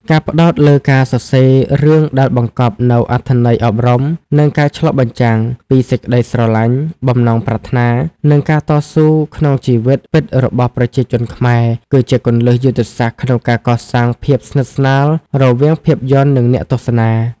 ការផ្ដោតលើការសរសេររឿងដែលបង្កប់នូវអត្ថន័យអប់រំ និងការឆ្លុះបញ្ចាំងពីសេចក្ដីស្រឡាញ់ បំណងប្រាថ្នា និងការតស៊ូក្នុងជីវិតពិតរបស់ប្រជាជនខ្មែរ គឺជាគន្លឹះយុទ្ធសាស្ត្រក្នុងការកសាងភាពស្និទ្ធស្នាលរវាងភាពយន្ត និងអ្នកទស្សនា។